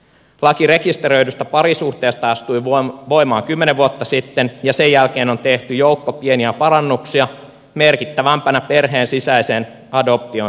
laki rekisteröidystä parisuhteesta astui voimaan kymmenen vuotta sitten ja sen jälkeen on tehty joukko pieniä parannuksia merkittävimpänä perheen sisäisen adoption salliminen